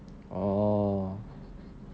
oh